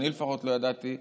אני לפחות לא ידעתי,